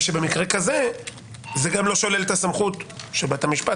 ושבמקרה כזה זה גם לא שולל את הסמכות של בית המשפט